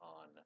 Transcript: on